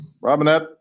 Robinette